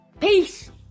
peace